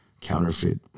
counterfeit